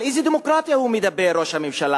על איזה דמוקרטיה הוא מדבר, ראש הממשלה?